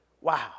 Wow